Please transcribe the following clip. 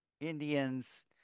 Indians